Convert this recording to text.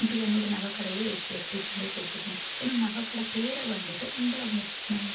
இப்போ என்னோடய நகை கடையோ எக்ஸ் எக்ஸ்சாம்பிளுக்கு எடுத்துக்கோங்க என்னோடய நகை கடை பேரை வந்துட்டு அந்த அவங்க